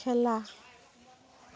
খেলা